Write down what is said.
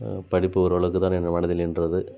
படிப்பு ஓரளவுக்குதான் என் மனதில் நின்றது